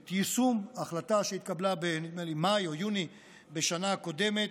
את יישום ההחלטה שנדמה לי שהתקבלה במאי או ביוני בשנה קודמת.